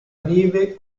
vive